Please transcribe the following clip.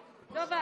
טוב,